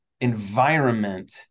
environment